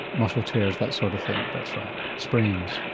muscle tears that sort of thing. that's right. sprains?